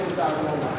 למחלקת הארנונה.